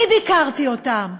אני ביקרתי אותם,